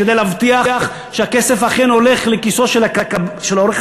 כדי להבטיח שהכסף אכן הולך לכיסו של עורך-הדין,